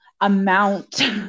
amount